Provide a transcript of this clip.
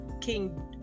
King